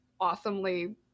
awesomely